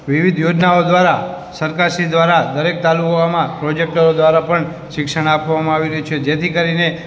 વિવિધ યોજનાઓ દ્વારા સરકાર શ્રી દ્વારા દરેક તાલુકામાં પ્રોજેકટર દ્વારા પણ શિક્ષણ આપવામાં આવી રહ્યું છે જેથી કરીને